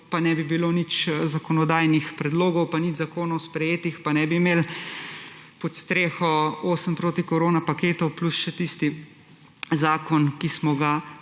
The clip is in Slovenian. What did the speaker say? Pa ne bi bilo nič zakonodajnih predlogov pa nič zakonov sprejetih pa ne bi imeli pod streho osmih protikoronapaketov plus še tistega zakona, ki smo ga